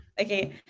okay